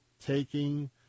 taking